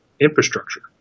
infrastructure